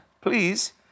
Please